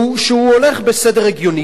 שהוא הולך בסדר הגיוני.